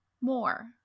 More